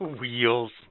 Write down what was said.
Wheels